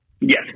Yes